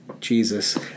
Jesus